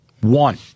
One